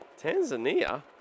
Tanzania